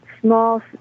small